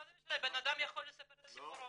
מה זה משנה, אדם יכול לספר את סיפורו.